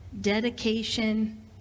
dedication